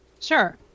Sure